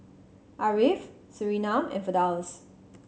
Ariff Surinam and Firdaus